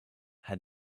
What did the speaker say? had